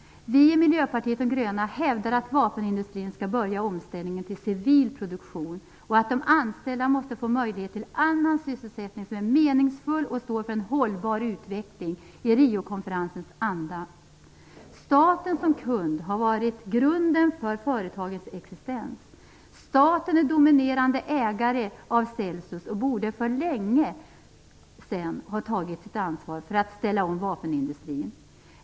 Vi i Miljöpartiet de gröna hävdar att vapenindustrin skall börja omställningen till civil produktion och att de anställda måste få möjlighet till annan sysselsättning som är meningsfull och står för en hållbar utveckling i Rio-konferensens anda. Staten som kund har varit grunden för företagens existens. Staten är dominerande ägare av Celsius och borde för länge sedan ha tagit sitt ansvar för att ställa om vapenindustrin.